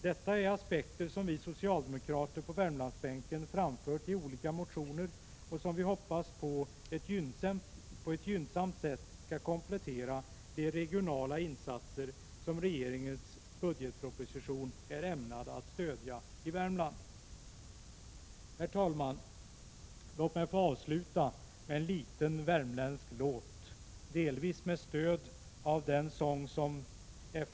Detta är aspekter som vi socialdemokrater på Värmlandsbänken framfört i olika motioner och som vi hoppas på ett gynnsamt sätt skall komplettera de regionala insatser som regeringens budgetproposition är ämnad att stödja i Värmland. Herr talman! Låt mig få avsluta med en liten värmländsk låt, delvis med stöd av den sång som F.